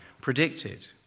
predicted